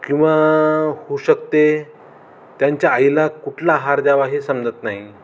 किंवा होऊ शकते त्यांच्या आईला कुठला आहार द्यावा हे समजत नाही